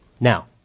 Now